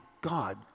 God